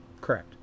Correct